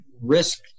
risk